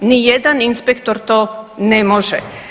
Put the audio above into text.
Ni jedan inspektor to ne može.